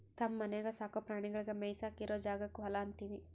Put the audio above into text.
ತಮ್ಮ ಮನ್ಯಾಗ್ ಸಾಕೋ ಪ್ರಾಣಿಗಳಿಗ್ ಮೇಯಿಸಾಕ್ ಇರೋ ಜಾಗಕ್ಕ್ ಹೊಲಾ ಅಂತೀವಿ